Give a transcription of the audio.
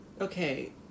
Okay